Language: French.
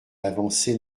avancée